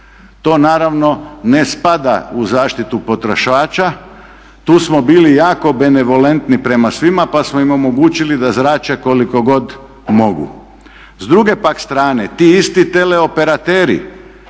To naravno ne spada u zaštitu potrošača. Tu smo bili jako benevolentni prema svima pa smo im omogućili da zrače koliko god mogu. S druge pak strane, ti isti teleoperateri,